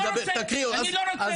אני לא רוצה.